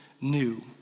new